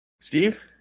Steve